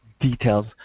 details